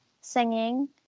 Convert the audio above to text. singing